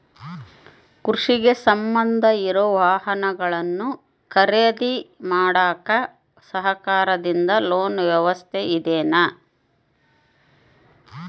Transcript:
ಕೃಷಿಗೆ ಸಂಬಂಧ ಇರೊ ವಾಹನಗಳನ್ನು ಖರೇದಿ ಮಾಡಾಕ ಸರಕಾರದಿಂದ ಲೋನ್ ವ್ಯವಸ್ಥೆ ಇದೆನಾ?